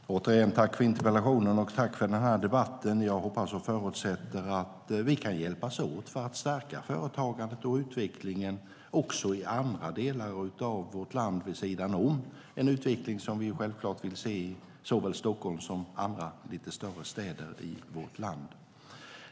Herr talman! Jag tackar återigen för interpellationen och debatten. Jag hoppas och förutsätter att vi kan hjälpas åt för att stärka företagandet och utvecklingen också i andra delar av vårt land, vid sidan om den utveckling som vi självklart vill ha i såväl Stockholm som andra lite större städer i vårt land.